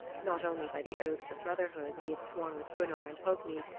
not only by the oaths of brotherhood he had sworn with gunnar and hogni,